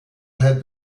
had